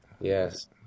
Yes